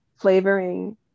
flavoring